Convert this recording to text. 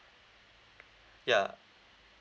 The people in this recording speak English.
yeah